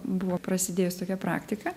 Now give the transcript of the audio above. buvo prasidėjus tokia praktika